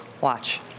Watch